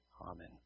Amen